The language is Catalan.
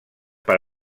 per